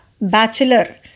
Bachelor